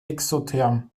exotherm